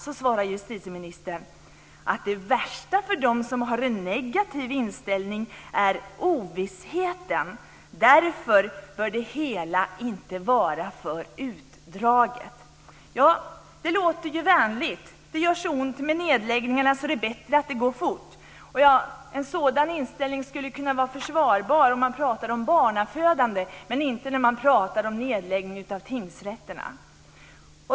Då svarade justitieministern att det värsta för dem som har en negativ inställning är ovissheten. Därför bör det hela inte vara för utdraget. Ja, det låter ju vänligt. Det gör så ont med nedläggningarna att det är bättre att det går fort. En sådan inställning skulle kunna vara försvarbar om man talade om barnafödande men inte om man talar om nedläggning av tingsrätterna.